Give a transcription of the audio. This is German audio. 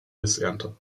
missernte